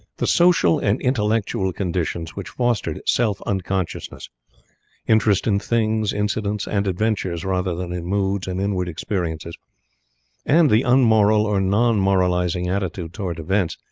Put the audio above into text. the social and intellectual conditions which fostered self-unconsciousness interest in things, incidents, and adventures rather than in moods and inward experiences and the unmoral or non moralizing attitude towards events,